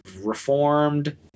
Reformed—